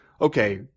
okay